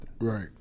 Right